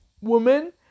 woman